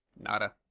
Nada